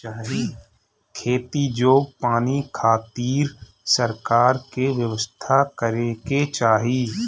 खेती जोग पानी खातिर सरकार के व्यवस्था करे के चाही